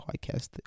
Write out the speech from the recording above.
podcast